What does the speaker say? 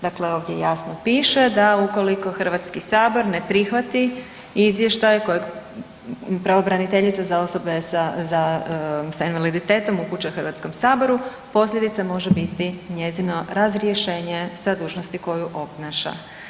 Dakle, ovdje jasno piše da ukoliko Hrvatski sabor ne prihvati izvještaj kojeg pravobraniteljica za osobe sa invaliditetom upućuje Hrvatskom saboru posljedica može biti njezino razrješenje sa dužnosti koju obnaša.